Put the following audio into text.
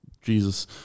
jesus